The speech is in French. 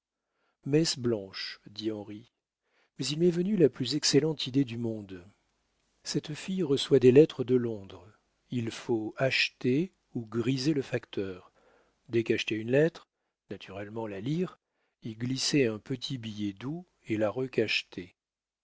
messe blanche dit henri mais il m'est venu la plus excellente idée du monde cette fille reçoit des lettres de londres il faut acheter ou griser le facteur décacheter une lettre naturellement la lire y glisser un petit billet doux et la recacheter